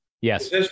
Yes